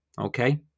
okay